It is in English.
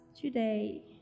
today